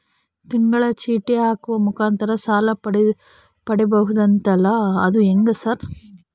ತಿಂಗಳ ಚೇಟಿ ಹಾಕುವ ಮುಖಾಂತರ ಸಾಲ ಪಡಿಬಹುದಂತಲ ಅದು ಹೆಂಗ ಸರ್?